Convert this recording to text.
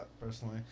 personally